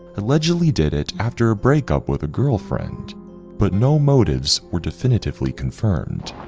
allegedly did it after a breakup with a girlfriend but no motives were definitively confirmed.